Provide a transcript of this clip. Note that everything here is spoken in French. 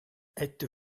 estes